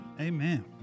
Amen